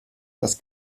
das